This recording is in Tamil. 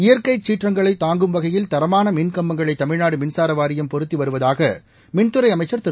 இயற்கை சீற்றங்களை தாங்கும் வகையில் தரமான மின்கம்பங்களை தமிழ்நாடு மின்சார வாரியம் பொருத்தி வருவதாக மின்துறை அமைச்சா் திரு